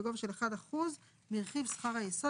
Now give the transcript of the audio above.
מחלה בגובה 2.5% משכר השעה (שכר יסוד,